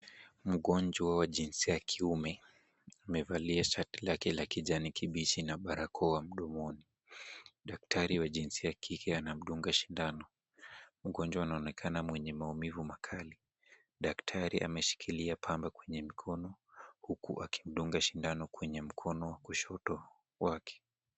Mgonjwa wa jinsia ya kiume amevalia shati lake la kijani kibichi na barakoa mdomoni. Daktari wa jinsia ya kike anamdunga sindano. Mgonjwa anaonekana mwenye maumivu makali. Daktari ameshikilia pamba kwenye mkono huku akimdunga sindano kwenye mkono wa kushoto wake.